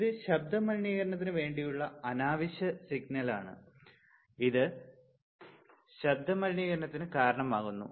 ഇത് ശബ്ദ മലിനീകരണത്തിന് വേണ്ടിയുള്ള അനാവശ്യ സിഗ്നലാണ് ഇത് ശബ്ദ മലിനീകരണത്തിന് കാരണമാകുന്നു